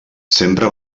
sempre